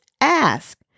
ask